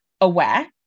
aware